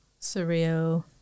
surreal